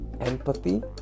Empathy